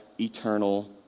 eternal